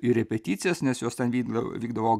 į repeticijas nes jos ten vykdavo vykdavo